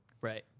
Right